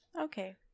Okay